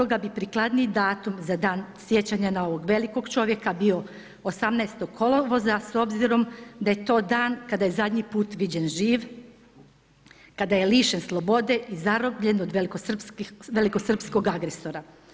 Stoga bi prikladniji datum za dan sjećanja na ovog velikog čovjeka bio 18. kolovoza s obzirom da je to dan kada je zadnji put viđen živ, kada je lišen slobode i zarobljen od velikosrpskog agresora.